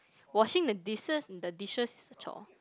washing the dises the dishes is a chore